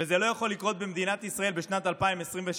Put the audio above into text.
זה לא יכול לקרות במדינת ישראל בשנת 2023,